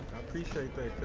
appreciate that